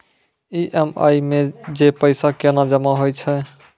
EMI मे जे पैसा केना जमा होय छै?